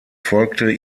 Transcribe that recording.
folgte